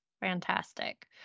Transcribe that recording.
fantastic